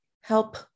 help